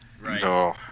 right